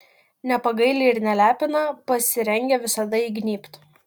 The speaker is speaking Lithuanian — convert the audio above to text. nepagaili ir nelepina pasirengę visada įgnybt